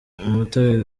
umutare